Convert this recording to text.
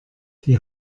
die